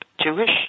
Jewish